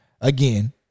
again